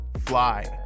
fly